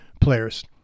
players